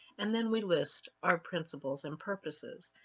and then we list our principles and purposes.